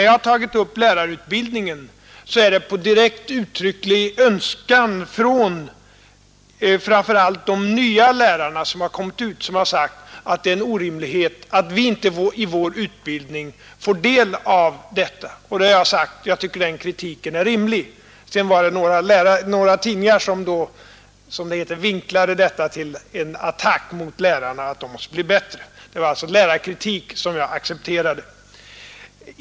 Jag har tagit upp lärarutbildningen på uttrycklig önskan, framför allt från de nya lärarna, som har sagt att det är en orimlighet att de i sin utbildning inte får del av specialmetodiken. Då har jag svarat att jag tycker den kritiken är rimlig. Sedan var det några tidningar som då, som det heter, ”vinklade” detta till en attack mot lärarna att de skulle bli bättre. Men det var alltså en kritik från lärarna som jag accepterade.